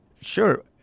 Sure